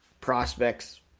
prospects